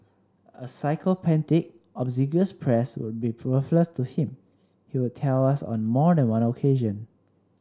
a sycophantic obsequious press would be worthless to him he would tell us on more than one occasion